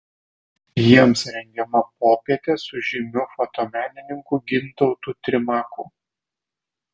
jiems rengiama popietė su žymiu fotomenininku gintautu trimaku